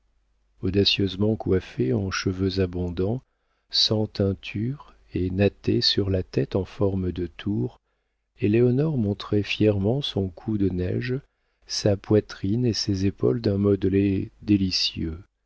audacieusement coiffée en cheveux abondants sans teinture et nattés sur la tête en forme de tour éléonore montrait fièrement son cou de neige sa poitrine et ses épaules d'un modelé délicieux